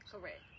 Correct